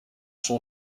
son